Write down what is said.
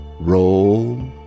roll